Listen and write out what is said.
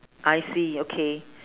I see okay